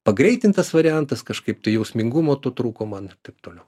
pagreitintas variantas kažkaip tai jausmingumo trūko man taip toliau